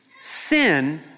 Sin